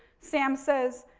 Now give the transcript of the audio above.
sam says,